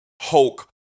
Hulk